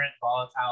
volatile